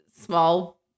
small